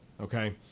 okay